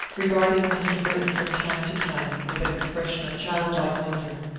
regarding mr. britton from time to time with an expression of childlike wonder.